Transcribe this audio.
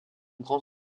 grand